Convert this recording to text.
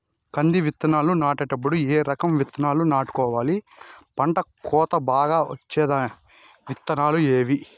కంది విత్తనాలు నాటేటప్పుడు ఏ రకం విత్తనాలు నాటుకోవాలి, పంట కోత బాగా వచ్చే విత్తనాలు ఏవీ?